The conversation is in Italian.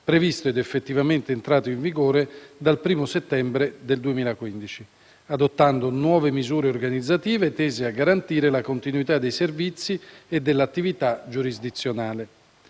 previsto ed effettivamente entrato in vigore dal 1° settembre 2015, adottando nuove misure organizzative tese a garantire la continuità dei servizi e dell'attività giurisdizionale.